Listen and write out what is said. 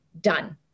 done